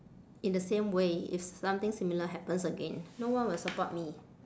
in the same way if something similar happens again no one will support me